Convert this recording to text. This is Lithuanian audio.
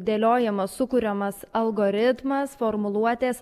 dėliojamas sukuriamas algoritmas formuluotės